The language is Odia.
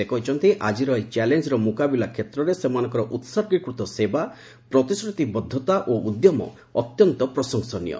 ସେ କହିଛନ୍ତି ଆଜିର ଏହି ଚ୍ୟାଲେଞ୍ଜର ମୁକାବିଲା କ୍ଷେତ୍ରରେ ସେମାନଙ୍କର ଉତ୍ସର୍ଗୀକୃତ ସେବା ପ୍ରତିଶ୍ରୁତିବଦ୍ଧତା ଓ ଉଦ୍ୟମ ଅତ୍ୟନ୍ତ ପ୍ରଶଂସନୀୟ